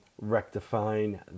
rectifying